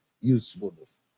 usefulness